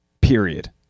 Period